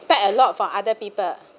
spend a lot for other people